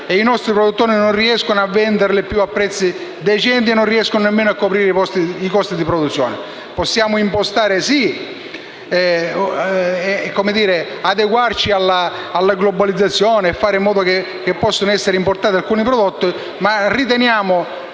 e i nostri produttori non riescano a venderli più a prezzi decenti e nemmeno a coprire i costi di produzione. Possiamo certamente importare, adeguarci alla globalizzazione e fare in modo che possano essere importati alcuni prodotti. Siamo